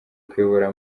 kuyobora